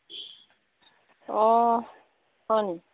অঁ হয়নি